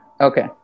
Okay